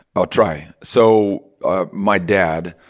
i'll try. so ah my dad,